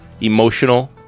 emotional